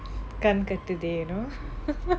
கண் கட்டுதே:kann kattuthae today you know